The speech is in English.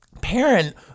parent –